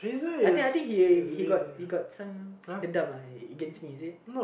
I think I think he he got he got some dendam ah against me is it